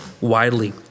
widely